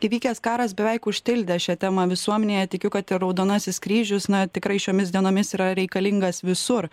įvykęs karas beveik užtildė šią temą visuomenėje tikiu kad ir raudonasis kryžius na tikrai šiomis dienomis yra reikalingas visur